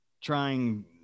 trying